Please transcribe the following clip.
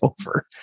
over